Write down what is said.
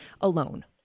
alone